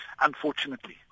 unfortunately